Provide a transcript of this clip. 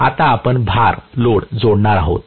आता आपण भार जोडणार आहोत